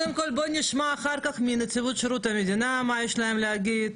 קודם כל בוא נשמע מנציבות שירות המדינה מה יש להם להגיד,